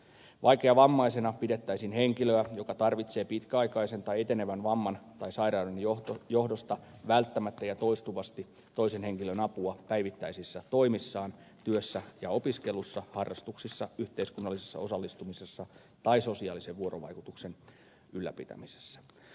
vaikeavammaisena pidettäisiin henkilöä joka tarvitsee pitkäaikaisen tai etenevän vamman tai sairauden johdosta välttämättä ja toistuvasti toisen henkilön apua päivittäisissä toimissaan työssä ja opiskelussa harrastuksissa yhteiskunnallisessa osallistumisessa tai sosiaalisen vuorovaikutuksen ylläpitämisessä